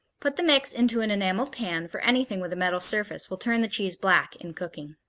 put the mix into an enameled pan, for anything with a metal surface will turn the cheese black in cooking.